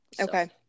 Okay